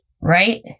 right